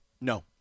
No